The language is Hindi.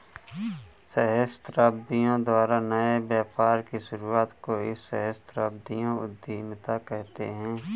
सहस्राब्दियों द्वारा नए व्यापार की शुरुआत को ही सहस्राब्दियों उधीमता कहते हैं